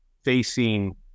facing